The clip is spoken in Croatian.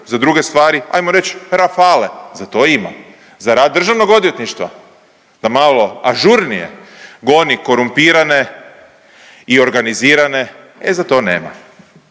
za druge stvari ajmo reć Rafaele, za to ima, za rad državnog odvjetništva da malo ažurnije goni korumpirane i organizirane, e za to nema.